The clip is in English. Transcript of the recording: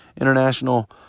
international